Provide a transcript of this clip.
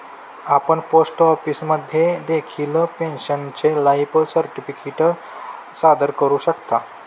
आपण पोस्ट ऑफिसमध्ये देखील पेन्शनरचे लाईफ सर्टिफिकेट सादर करू शकता